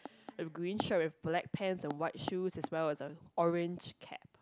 a green shirt with black pants and white shoes as well as a orange cap